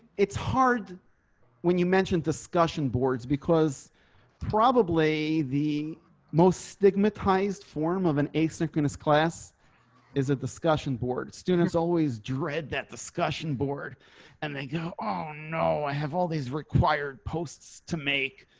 it's hard when you mentioned discussion boards because probably the most stigmatized form of an asynchronous asynchronous class is a discussion board students always dread that discussion board and they go, oh, no, i have all these required posts to make